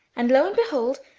and lo and behold,